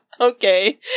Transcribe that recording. Okay